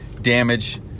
damage